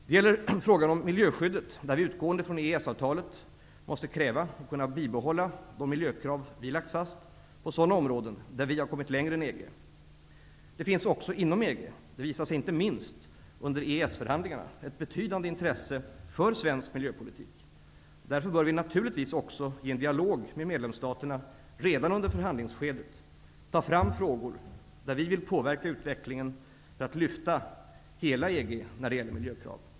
Det gäller frågan om miljöskyddet, där vi utgående från EES-avtalet måste kräva att kunna bibehålla de miljökrav som vi lagt fast på sådana områden där vi kommit längre än EG. Det finns också inom EG -- det visade sig också inte minst under EES förhandlingarna -- ett betydande intresse för svensk miljöpolitik. Därför bör vi naturligtvis också i en dialog med medlemsstaterna, redan under förhandlingsskedet, ta fram frågor där vi vill påverka utvecklingen för att lyfta hela EG när det gäller miljökrav.